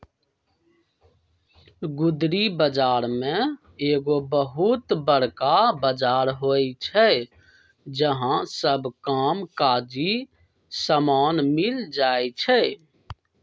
गुदरी बजार में एगो बहुत बरका बजार होइ छइ जहा सब काम काजी समान मिल जाइ छइ